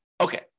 Okay